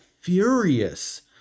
furious